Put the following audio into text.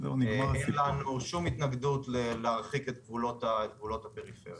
אין לנו שום התנגדות להרחיק את גבולות הפריפריה.